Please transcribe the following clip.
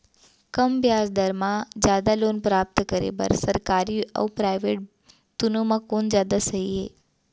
कम ब्याज दर मा जादा लोन प्राप्त करे बर, सरकारी अऊ प्राइवेट बैंक दुनो मा कोन जादा सही हे?